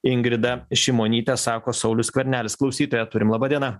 ingrida šimonytė sako saulius skvernelis klausytoją turim laba diena